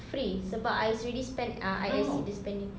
free sebab I already spent uh I exceed the spending